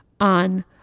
on